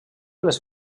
les